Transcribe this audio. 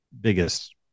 biggest